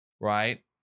right